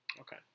Okay